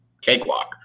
cakewalk